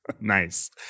Nice